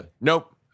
Nope